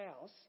house